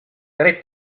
tre